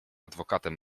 adwokatem